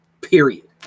period